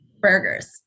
Burgers